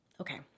okay